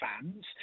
fans